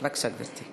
בבקשה, גברתי.